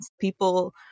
People